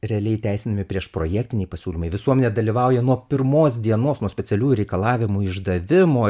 realiai teisinami priešprojektiniai pasiūlymai visuomenė dalyvauja nuo pirmos dienos nuo specialių reikalavimų išdavimo